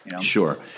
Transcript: Sure